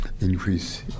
increase